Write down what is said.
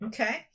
Okay